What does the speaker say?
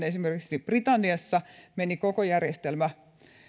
esimerkiksi britanniassa meni koko järjestelmä